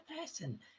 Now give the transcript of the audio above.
person